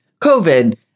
COVID